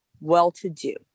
well-to-do